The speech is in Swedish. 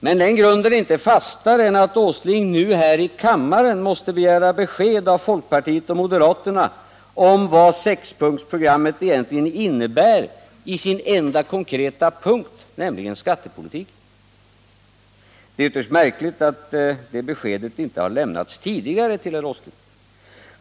Men den grunden är inte fastare än att Nils Åsling nu här i kammaren måste begära besked av folkpartiet och moderaterna om vad sexpunktsprogrammet egentligen innebär i sin enda konkreta punkt, nämligen den om skattepolitiken. Det är ytterst märkligt att det beskedet inte har lämnats tidigare till herr Åsling.